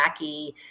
wacky